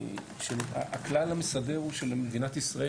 הכלל המסדר הוא שמדינת ישראל,